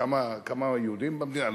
כמה יהודים במדינה?